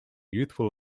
youthful